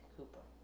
Cooper